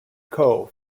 coe